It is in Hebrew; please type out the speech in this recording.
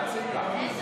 התקנות אושרו.